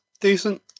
decent